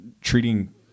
treating